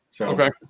Okay